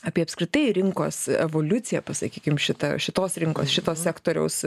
apie apskritai rinkos evoliuciją pasakykim šitą šitos rinkos šito sektoriaus